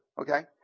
Okay